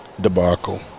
debacle